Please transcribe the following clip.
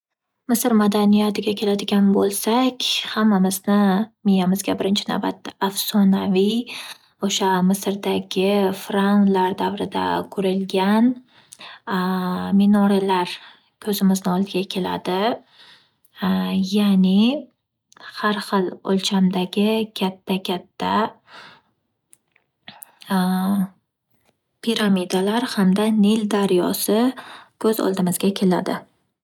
Misr madaniyatiga ke’ladigan bo’lsak. Hammamizni miyamizga birinchi navbatda afsonaviy o’sha misrdagi Fravnlar davrida qurilgan minoralar ko’zimizni oldiga keladi, ya’ni har xil o’lchamdagi katta katta piramidalar hamda nil daryosi ko’z o’ngimizga keladi.